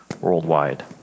worldwide